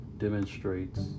demonstrates